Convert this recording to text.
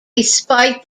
despite